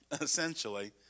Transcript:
essentially